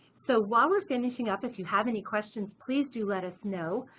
so while we're finishing up, if you have any questions please do let us know.